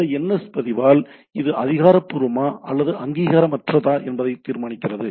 இந்த NS பதிவால் இது அதிகாரப்பூர்வமா அல்லது அங்கீகாரமற்றதா என்பதை தீர்மானிக்கிறது